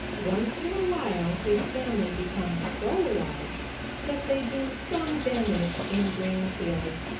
once in a while his family becomes so large that they do some damage in grain fields.